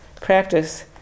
practice